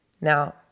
Now